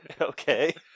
Okay